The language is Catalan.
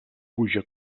puja